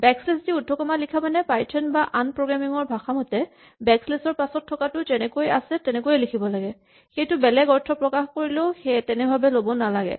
backlash দি উদ্ধকমা লিখা মানে পাইথন বা আন প্ৰগ্ৰেমিং ৰ ভাষা মতে বেকশ্লেচ ৰ পাছত থকাটো যেনেকৈ আছে তেনেকৈয়ে লিখিব লাগে সেইটোৱে বেলেগ অৰ্থ প্ৰকাশ কৰিলেও তেনেভাৱে ল'ব নালাগে